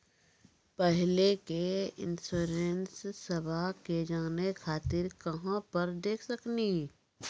पहले के इंश्योरेंसबा के जाने खातिर कहां पर देख सकनी?